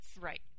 Right